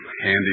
handy